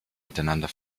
miteinander